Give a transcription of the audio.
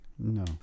No